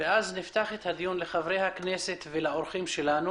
ואז נפתח את הדיון לחברי הכנסת ולאורחים שלנו.